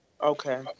Okay